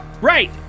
Right